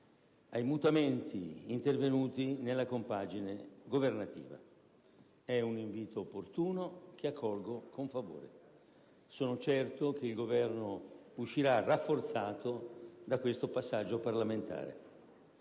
ai mutamenti intervenuti nella compagine governativa. È un invito opportuno, che accolgo con favore. Sono certo che il Governo uscirà rafforzato da questo passaggio parlamentare.